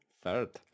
third